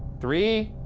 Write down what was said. three.